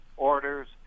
orders